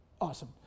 awesome